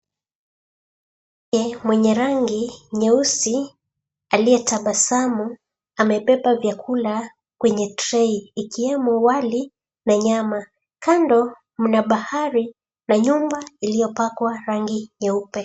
Mwenye rangi nyeusi aliye tabasamu amebeba vyakula kwenye trei ikiwemo wali na nyama kando, mna bahari na nyumba iliyopakwa rangi nyeupe.